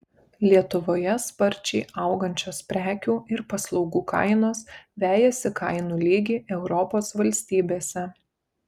lietuvoje sparčiai augančios prekių ir paslaugų kainos vejasi kainų lygį europos valstybėse